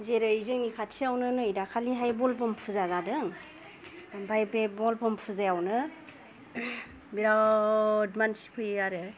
जेरै जोंनि खाथियावनो नै दाखालिहाय भलबम जादों ओमफ्राय बे भलबम फुजायावनो बिराथ मानसि फैयो आरो